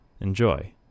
Enjoy